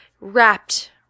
wrapped